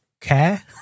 care